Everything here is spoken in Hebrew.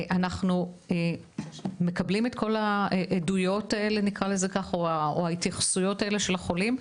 אנחנו מקבלים את כל העדויות האלו או ההתייחסויות האלו של החולים,